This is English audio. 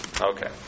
Okay